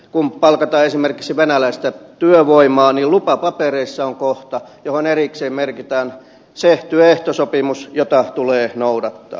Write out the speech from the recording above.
kun palkataan esimerkiksi venäläistä työvoimaa niin lupapapereissa on kohta johon erikseen merkitään se työehtosopimus jota tulee noudattaa